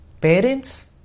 Parents